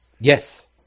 Yes